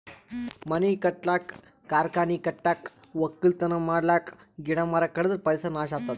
ಮನಿ ಕಟ್ಟಕ್ಕ್ ಕಾರ್ಖಾನಿ ಕಟ್ಟಕ್ಕ್ ವಕ್ಕಲತನ್ ಮಾಡಕ್ಕ್ ಗಿಡ ಮರ ಕಡದ್ರ್ ಪರಿಸರ್ ನಾಶ್ ಆತದ್